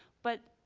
but,